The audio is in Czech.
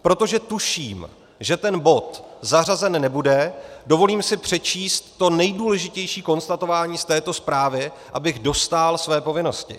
Protože tuším, že ten bod zařazen nebude, dovolím si přečíst to nejdůležitější konstatování z této zprávy, abych dostál své povinnosti.